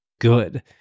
good